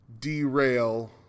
derail